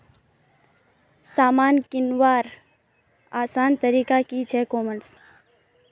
सामान किंवार आसान तरिका छे ई कॉमर्स